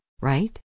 right